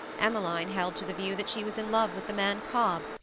emmeline held to the view that she was in love with the man cobb,